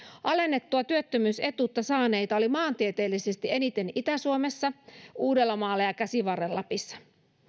alennettua työttömyysetuutta saaneita oli maantieteellisesti eniten itä suomessa uudellamaalla ja käsivarren lapissa